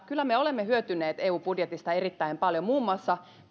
kyllä me olemme hyötyneet eun budjetista erittäin paljon muun muassa